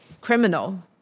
criminal